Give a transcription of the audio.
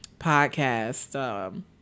Podcast